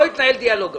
לא יתנהל דיאלוג עכשיו.